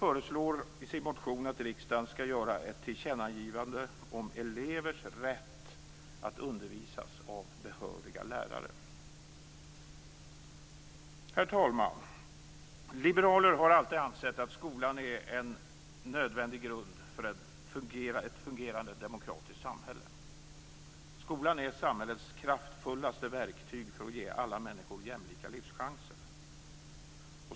Herr talman! Liberaler har alltid ansett att skolan är en nödvändig grund för ett fungerande demokratiskt samhälle. Skolan är samhällets kraftfullaste verktyg för att ge alla människor jämlika livschanser.